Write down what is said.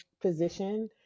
position